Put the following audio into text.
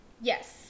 Yes